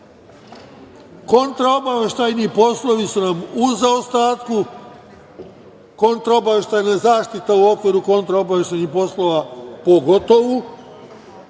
Kontraobaveštajni poslovi su nam u zaostatku, kontraobaveštajna zaštita u okviru kontraobaveštajnih poslova pogotovu.